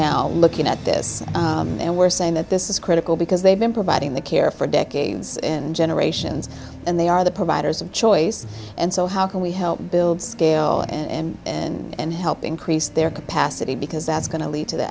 now looking at this and we're saying that this is critical because they've been providing the care for decades and generations and they are the providers of choice and so how can we help build scale and and increase their capacity because that's going to lead to the